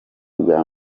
irya